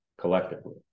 collectively